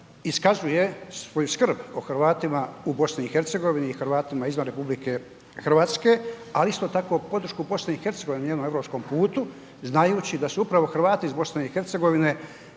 iskazuje svoju skrb o Hrvatima u BIH i Hrvatima izvan RH, ali isto tako podršku BIH, o njenom europskom putu, znajući da su upravo Hrvati iz BIH,